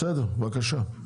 בבקשה.